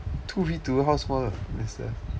two V two how small